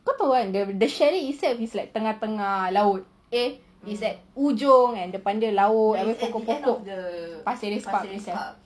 kau tahu kan the chalet we slept is tengah-tengah laut eh is at hujung depan dia laut pokok-pokok pasir ris park